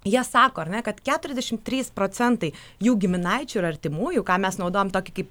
jie sako ar ne kad keturiasdešimt trys procentai jų giminaičių ir artimųjų ką mes naudojam tokį kaip